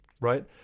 right